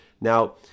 Now